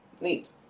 Neat